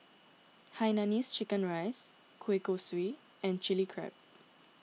Hainanese Chicken Rice Kueh Kosui and Chili Crab